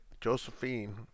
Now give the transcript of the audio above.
Josephine